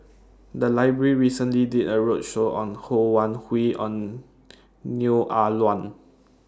The Library recently did A roadshow on Ho Wan Hui and Neo Ah Luan